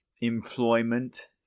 employment